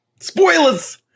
Spoilers